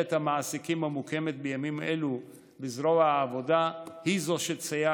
מינהלת המעסיקים המוקמת בימים אלו בזרוע העבודה היא שתסייע